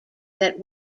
that